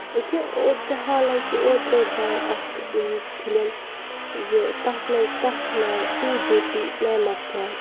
کہِ اوترٕ حالانٛکہِ اوترٕے درایہِ اکھ فِلِم تَتھ چھُ ناو تو جھوٗٹی میں مَکار